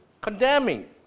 condemning